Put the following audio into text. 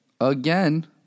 again